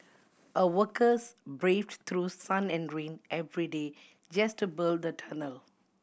a workers braved through sun and rain every day just to build the tunnel